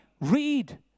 Read